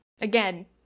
again